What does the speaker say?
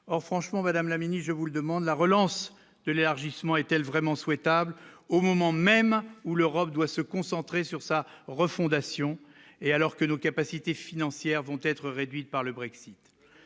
or, franchement Madame la Mini, je vous le demande, la relance de l'élargissement est-elle vraiment souhaitable au moment même où l'Europe doit se concentrer sur ça refondation et alors que nos capacités financières vont être réduites par le Brexit